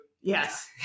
Yes